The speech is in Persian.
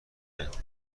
خورد